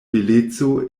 beleco